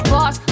Boss